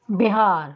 Bihar